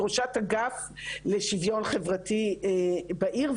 ראש אגף לשוויון חברתי בעיר,